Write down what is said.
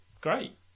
Great